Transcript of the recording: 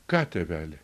ką tėveli